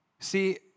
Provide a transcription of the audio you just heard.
See